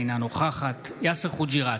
אינה נוכחת יאסר חוג'יראת,